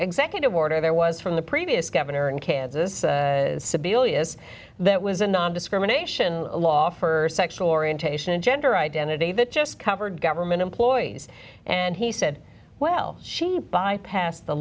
executive order there was from the previous governor in kansas sebelius that was a nondiscrimination law for sexual orientation and gender identity that just covered government employees and he said well she bypassed the